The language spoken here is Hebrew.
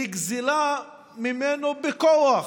שנגזלה ממנו בכוח,